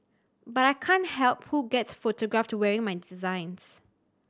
but I can't help who gets photographed wearing my designs